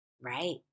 right